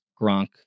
Gronk